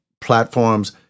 platforms